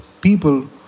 people